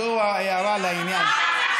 זו ההערה לעניין.